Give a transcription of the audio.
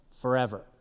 forever